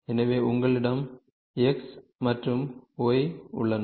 எனவே உங்களிடம் x மற்றும் y உள்ளன